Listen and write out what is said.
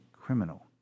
criminal